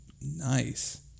Nice